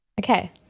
Okay